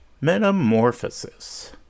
Metamorphosis